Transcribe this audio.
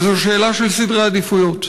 וזו שאלה של סדרי עדיפויות.